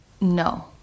no